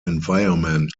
environment